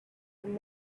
been